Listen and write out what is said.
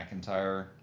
McIntyre